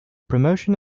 promotion